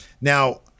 now